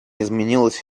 изменилось